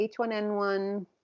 H1N1